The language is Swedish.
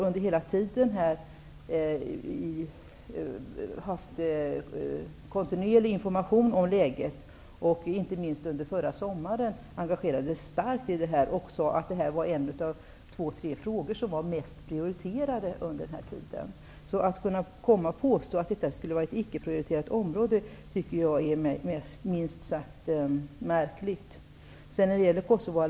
Under hela tiden har han fått kontinuerlig information om läget. Under förra sommaren var detta en av de två tre frågor som var mest prioriterade. Att påstå att detta skulle vara ett icke prioriterat område är för mig minst sagt märkligt.